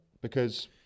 because-